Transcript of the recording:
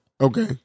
Okay